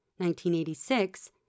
1986